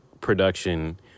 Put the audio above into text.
production